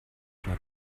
mal